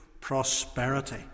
prosperity